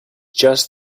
just